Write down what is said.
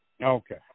Okay